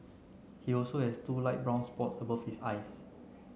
he also has two light brown spots above his eyes